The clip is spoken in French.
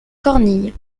cornille